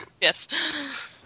Yes